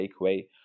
takeaway